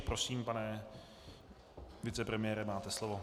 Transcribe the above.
Prosím, pane vicepremiére, máte slovo.